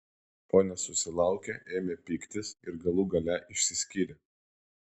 o nesusilaukę ėmė pyktis ir galų gale išsiskyrė